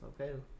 Okay